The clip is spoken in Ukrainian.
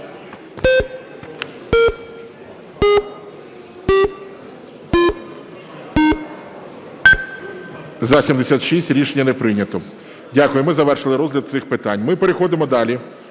За-76 Рішення не прийнято. Дякую. Ми завершили розгляд цих питань. Ми переходимо далі